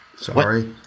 Sorry